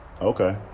Okay